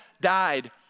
died